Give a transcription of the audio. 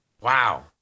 Wow